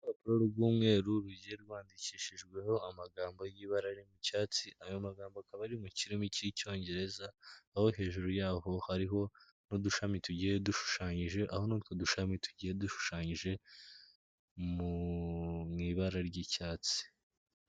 Urupapuro rw'umweru rugiye rwandikishijweho amagambo y'ibara ririmo icyatsi, ayo magambo akaba ari mu kirimi cy'icyongereza, aho hejuru yaho hariho n'udushami tugiye dushushanyije, aho n'utwo dushami tugiye dushushanyije mu ibara ry'icyatsi.